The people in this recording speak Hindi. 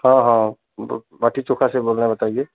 हाँ हाँ बाटी चोखा से बोल रहें बताइए